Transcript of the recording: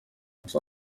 gusa